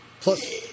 Plus